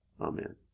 Amen